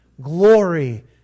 glory